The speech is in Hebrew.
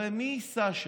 הרי מי ייסע שם?